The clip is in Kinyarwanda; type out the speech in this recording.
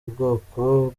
bwoko